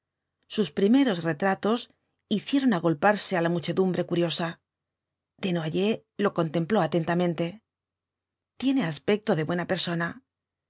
sus primóos retratos hicieron agolparse á la muchedumbre curiosa desnoyers lo contempló atentamente tiene aspecto de buena persona